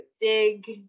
dig